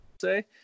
say